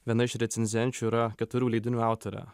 viena iš recenzenčių yra keturių leidinių autorė